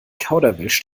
kauderwelsch